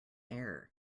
air